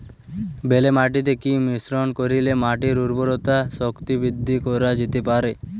বেলে মাটিতে কি মিশ্রণ করিলে মাটির উর্বরতা শক্তি বৃদ্ধি করা যেতে পারে?